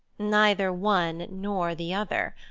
neither one nor the other.